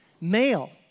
male